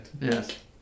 Yes